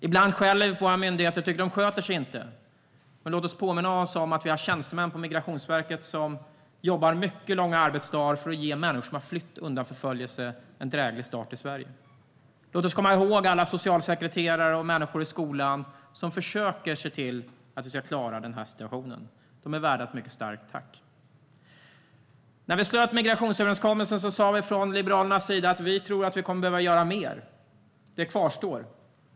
Ibland skäller vi på våra myndigheter och tycker att de inte sköter sig, men låt oss påminna oss om att det finns tjänstemän på Migrationsverket som jobbar mycket långa arbetsdagar för att ge människor som har flytt undan förföljelse en dräglig start i Sverige. Låt oss komma ihåg alla socialsekreterare och människor i skolan som försöker se till att Sverige ska klara den här situationen. De är värda ett stort tack. När vi slöt migrationsöverenskommelsen sa vi liberaler att vi tror att vi kommer att behöva göra mer. Det kvarstår.